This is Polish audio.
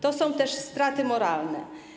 To są też straty moralne.